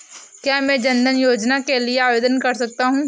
क्या मैं जन धन योजना के लिए आवेदन कर सकता हूँ?